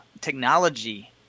technology